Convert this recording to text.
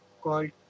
called